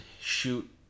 shoot